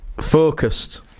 focused